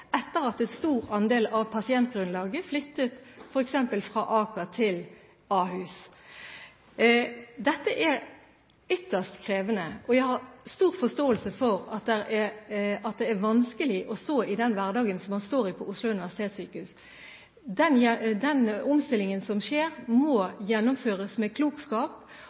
etter at en stor andel av pasientgrunnlaget flyttet f.eks. fra Aker til Ahus. Dette er ytterst krevende, og jeg har stor forståelse for at det er vanskelig å stå i den hverdagen som man står i ved Oslo universitetssykehus. Den omstillingen som skjer, må gjennomføres med klokskap,